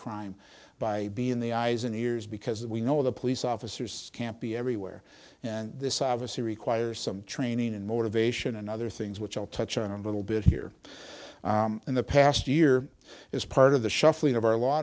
crime by being the eyes and ears because we know the police officers can't be everywhere and this obviously requires some training and motivation and other things which i'll touch on a little bit here in the past year as part of the shuffling of our law